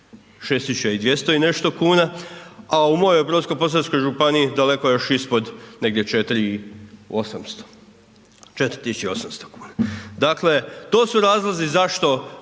6200 i nešto kuna a u mojoj Brodsko-posavskoj županiji daleko još ispod negdje 4800, 4800 kuna. Dakle, to su zašto